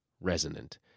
resonant